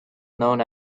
known